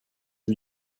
lui